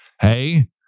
hey